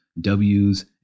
Ws